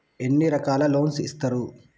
ఎన్ని రకాల లోన్స్ ఇస్తరు?